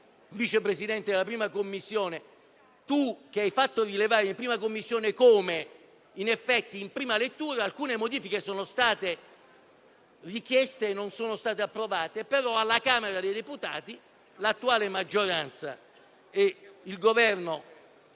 vicepresidente della 1a Commissione, ha fatto rilevare in Commissione come, in effetti, in prima lettura alcune modifiche sono state richieste e non approvate, mentre alla Camera dei Deputati l'attuale maggioranza e il Governo